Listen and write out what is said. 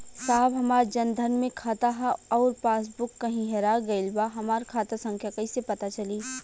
साहब हमार जन धन मे खाता ह अउर पास बुक कहीं हेरा गईल बा हमार खाता संख्या कईसे पता चली?